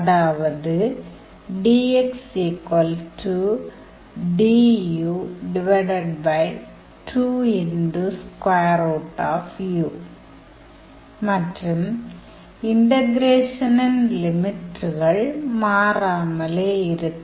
அதாவது dxdu2u மற்றும் இன்டகிரேஷனின் லிமிட்டுகள் மாறாமலே இருக்கும்